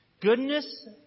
goodness